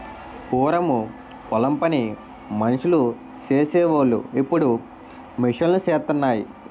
పూరము పొలం పని మనుసులు సేసి వోలు ఇప్పుడు మిషన్ లూసేత్తన్నాయి